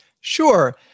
Sure